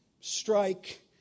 Strike